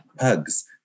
pugs